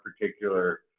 particular